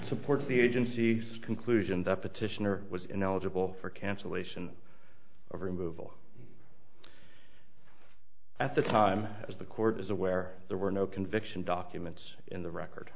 supports the agency's conclusion that petitioner was ineligible for cancellation of removal at the time as the court is aware there were no conviction documents in the record